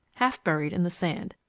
half buried in the sand.